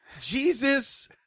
Jesus